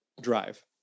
drive